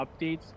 updates